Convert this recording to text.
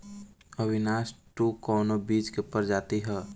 Avinash two कवने बीज क प्रजाति ह?